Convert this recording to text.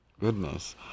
Goodness